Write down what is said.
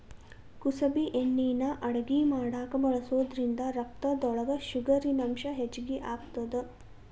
ಕುಸಬಿ ಎಣ್ಣಿನಾ ಅಡಗಿ ಮಾಡಾಕ ಬಳಸೋದ್ರಿಂದ ರಕ್ತದೊಳಗ ಶುಗರಿನಂಶ ಹೆಚ್ಚಿಗಿ ಆಗತ್ತದ